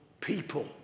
people